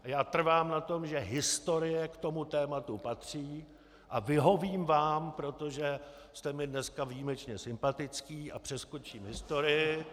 Já trvám na tom, že historie k tomu tématu patří, a vyhovím vám, protože jste mi dneska výjimečně sympatický , a přeskočím historii.